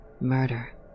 Murder